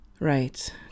Right